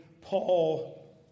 Paul